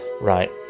Right